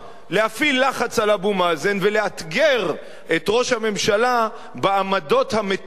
להפעיל לחץ על אבו מאזן ולאתגר את ראש הממשלה בעמדות המתונות,